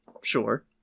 Sure